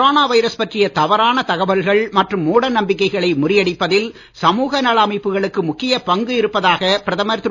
corona virus பற்றிய தவறான தகவல்கள் மற்றும் மூடநம்பிக்கைகளை முறியடிப்பதில் சமூக நல அமைப்புகளுக்கு முக்கிய பங்கு இருப்பதாக பிரதமர் திரு